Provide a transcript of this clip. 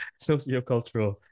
sociocultural